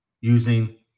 using